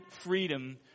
freedom